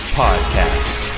podcast